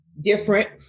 different